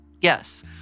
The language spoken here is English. Yes